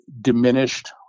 diminished